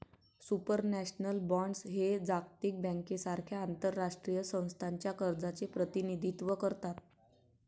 supranational bonds हे जागतिक बँकेसारख्या आंतरराष्ट्रीय संस्थांच्या कर्जाचे प्रतिनिधित्व करतात